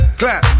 clap